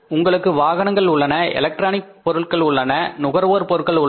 உங்களுக்கு வாகனங்கள் உள்ளன எலக்ட்ரானிக் பொருட்கள் உள்ளன நுகர்வோர் பொருட்கள் உள்ளன